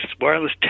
wireless